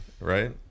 right